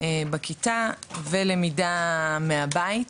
בכיתה ולמידה מהבית,